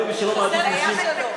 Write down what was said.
היום מי שלא מעדיף נשים, חסר, שלא.